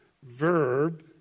verb